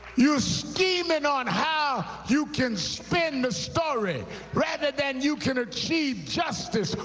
you're scheming on how you can spin the story rather than you can achieve justice.